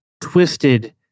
twisted